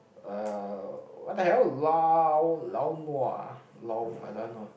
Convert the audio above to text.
uh what the hell lao lao-nua